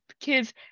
kids